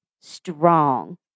strong